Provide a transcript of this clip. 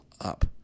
up